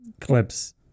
clips